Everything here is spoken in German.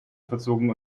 verzogen